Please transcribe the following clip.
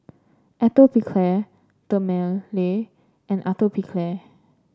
Atopiclair Dermale and Atopiclair